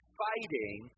fighting